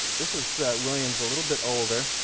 this is williams a little bit older,